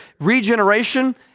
regeneration